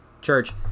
Church